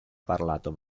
parlato